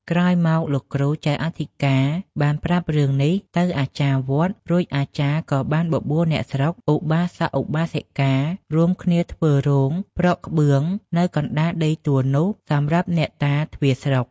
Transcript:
ក្រោយមក លោកគ្រូចៅអធិការបានប្រាប់រឿងនេះទៅអាចារ្យវត្ត រួចអាចារ្យក៏បានបបួលអ្នកស្រុក ឧបាសក-ឧបាសិកា រួមគ្នាធ្វើរោងប្រក់ក្បឿងនៅកណ្ដាលដីទួលនោះសម្រាប់អ្នកតាទ្វារស្រុក ។